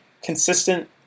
consistent